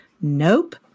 Nope